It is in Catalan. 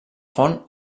font